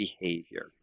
behavior